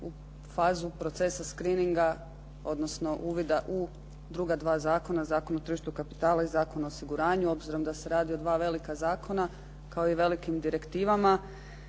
u fazu procesa screeninga, odnosno uvida u druga dva zakona, Zakon o tržištu kapitala i Zakona o osiguranju obzirom da se radi o dva velika zakona kao i velikim direktivama.